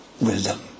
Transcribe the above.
wisdom